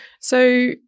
So-